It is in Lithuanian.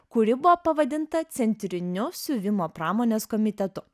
kuri buvo pavadinta centriniu siuvimo pramonės komitetu